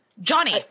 johnny